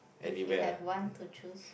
if you have one to choose